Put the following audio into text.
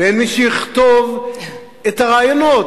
ואין מי שיכתוב את הרעיונות,